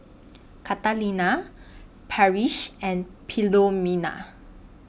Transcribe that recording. Catalina Parrish and Philomena